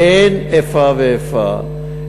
אין איפה ואיפה,